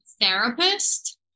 therapist